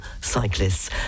cyclists